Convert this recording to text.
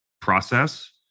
process